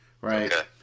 Right